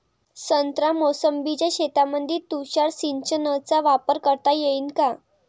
संत्रा मोसंबीच्या शेतामंदी तुषार सिंचनचा वापर करता येईन का?